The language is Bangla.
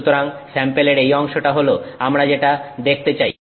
সুতরাং স্যাম্পেলের এই অংশটা হলো আমরা যেটা দেখতে চাই